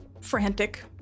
Frantic